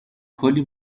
کلی